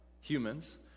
humans